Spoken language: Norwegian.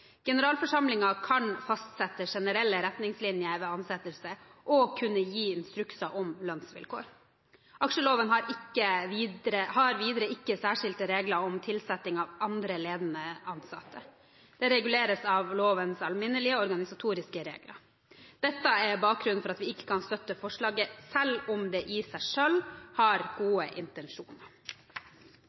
kan fastsette generelle retningslinjer ved ansettelse, og den skal kunne gi instrukser om lønnsvilkår. Aksjeloven har videre ikke særskilte regler om tilsetting av andre ledende ansatte. Det reguleres av lovens alminnelige organisatoriske regler. Dette er bakgrunnen for at vi ikke kan støtte forslaget, selv om det i seg selv har gode intensjoner.